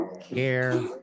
care